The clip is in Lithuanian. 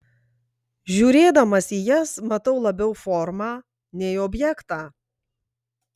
žiūrėdamas į jas matau labiau formą nei objektą